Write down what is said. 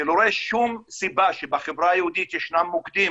אני לא רואה שום סיבה שבחברה היהודית ישנם מוקדים